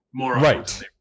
Right